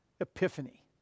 Epiphany